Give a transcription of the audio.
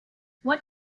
what